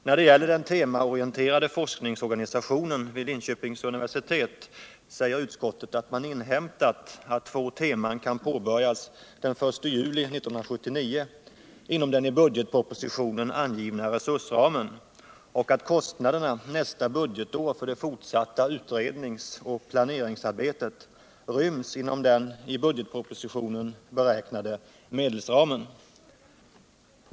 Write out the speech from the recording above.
När det gäller den temaorienterade forskningsorganisationen vid Linköpings universitet säger utskottet aut man inhämtat att två teman kan påbörjas den 1 juli 1979 inom den i budgetpropositionen angivna resursramen och att kostnaderna nästa budgetår för det fortsatta utrednings och plancringsarbetet ryms inom den i budgetpropositionen beräknade medelsramen.